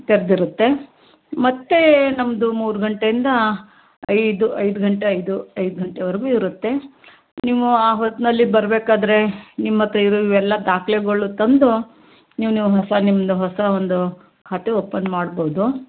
ತೆರೆದಿರುತ್ತೆ ಮತ್ತು ನಮ್ಮದು ಮೂರು ಗಂಟೆಯಿಂದ ಐದು ಐದು ಗಂಟೆ ಐದು ಐದು ಗಂಟೆವರೆಗೂ ಇರುತ್ತೆ ನೀವು ಆ ಹೊತ್ತಿನಲ್ಲಿ ಬರಬೇಕಾದ್ರೆ ನಿಮ್ಮ ಹತ್ತಿರ ಇರೋ ಇವೆಲ್ಲ ದಾಖಲೆಗಳು ತಂದು ನೀವು ನೀವು ಹೊಸ ನಿಮ್ಮದು ಹೊಸ ಒಂದು ಖಾತೆ ಓಪನ್ ಮಾಡ್ಬೌದು